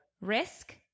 Risk